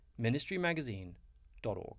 ministrymagazine.org